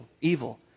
evil